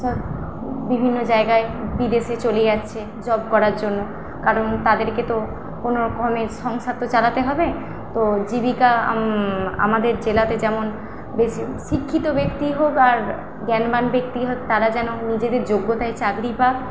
সব বিভিন্ন জায়গায় বিদেশে চলে যাচ্ছে জব করার জন্য কারণ তাদেরকে তো কোনোরকমে সংসার তো চালাতে হবে তো জীবিকা আমাদের জেলাতে যেমন বেশি শিক্ষিত ব্যক্তিই হোক আর জ্ঞানবান ব্যক্তি হোক তারা যেন নিজেদের যোগ্যতায় চাকরি পাক